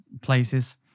places